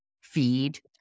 feed